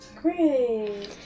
great